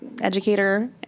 educator